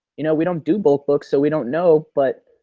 you know we don't do bulk books so we don't know but,